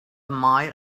mile